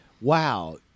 Wow